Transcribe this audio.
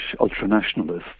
ultranationalists